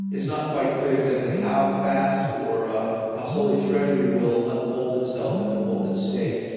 it's not quite clear exactly how fast or ah how slowly treasury will unfold itself and unfold its stake.